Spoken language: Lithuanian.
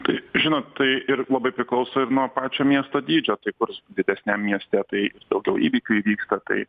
tai žinot tai ir labai priklauso ir nuo pačio miesto dydžio tai kurs didesniam mieste tai daugiau įvykių įvyksta tai